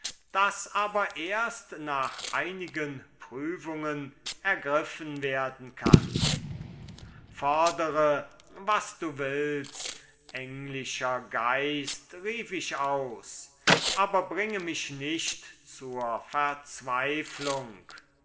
das aber erst nach einigen prüfungen ergriffen werden kann fordere was du willst englischer geist rief ich aus aber bringe mich nicht zur verzweiflung